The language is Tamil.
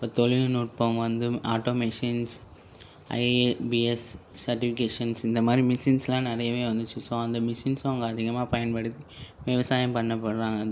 இப்போ தொழிநுட்பம் வந்து ஆட்டோமிஷின்ஸ் ஐஎபிஎஸ் செர்ட்டிவிகேஷன்ஸ் இந்தமாதிரி மிஷின்ஸ்லாம் நிறையவே வந்துச்சு ஸோ அந்த மிஷின்ஸ் அவங்க அதிகமாக பயன்படுத்தி விவசாயம் பண்ண பண்ணுறாங்க அது